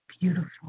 beautiful